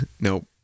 nope